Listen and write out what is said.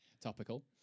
Topical